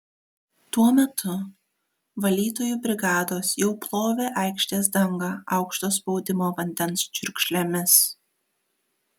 tuo metu valytojų brigados jau plovė aikštės dangą aukšto spaudimo vandens čiurkšlėmis